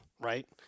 right